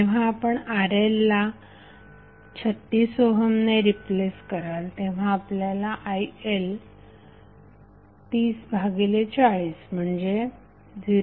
जेव्हा आपणRL ला 36 ओहमने रिप्लेस कराल तेव्हा आपल्याला IL 3040 म्हणजे 0